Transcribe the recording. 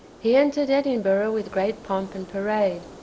he entered edinburgh with great pomp and parade,